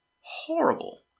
Horrible